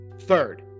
Third